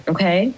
Okay